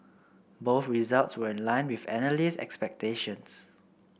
both results were in line with analyst expectations